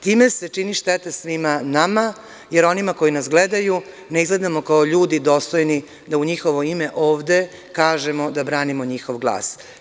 Time se čini šteta svima nama i onima koji nas gledaju ne izgledamo kao ljudi dostojni da u njihovo ime ovde kažemo da branimo njihov glas.